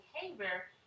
behavior